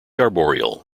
arboreal